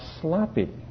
sloppy